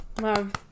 Love